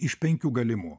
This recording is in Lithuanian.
iš penkių galimų